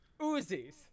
Uzis